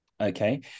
Okay